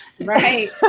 Right